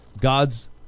God's